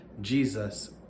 Jesus